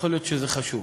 יכול להיות שזה חשוב,